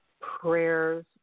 prayers